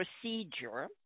procedure